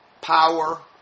power